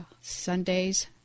Sundays